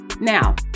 Now